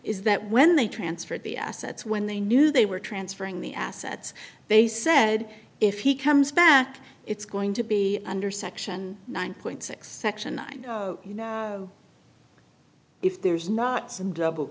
is that when they transferred the assets when they knew they were transferring the assets they said if he comes back it's going to be under section nine point six section nine if there's not some double